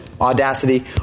audacity